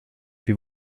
wir